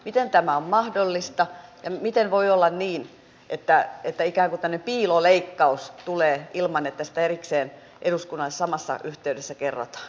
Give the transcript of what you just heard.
miten tämä on mahdollista ja miten voi olla niin että ikään kuin tämmöinen piiloleikkaus tulee ilman että siitä erikseen eduskunnalle samassa yhteydessä kerrotaan